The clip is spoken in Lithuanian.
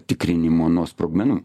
tikrinimo nuo sprogmenų